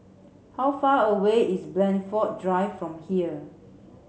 how far away is Blandford Drive from here